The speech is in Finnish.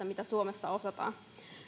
mitä suomessa osataan